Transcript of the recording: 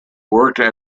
worked